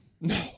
No